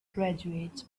graduates